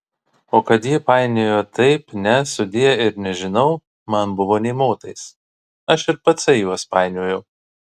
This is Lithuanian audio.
o kad ji painiojo taip ne sudie ir nežinau man buvo nė motais aš ir patsai juos painiojau